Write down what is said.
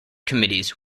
committees